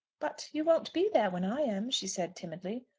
but you won't be there when i am, she said, timidly.